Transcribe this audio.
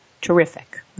terrific